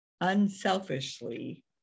unselfishly